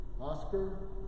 Oscar